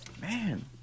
man